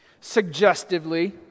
suggestively